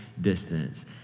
distance